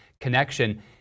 connection